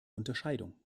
unterscheidung